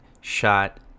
shot